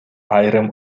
айрым